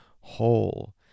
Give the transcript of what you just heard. whole